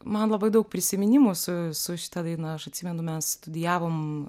man labai daug prisiminimų su su šita daina aš atsimenu mes studijavom